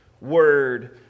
Word